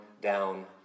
down